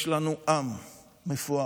יש לנו עם מפואר,